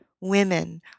Women